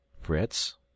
Fritz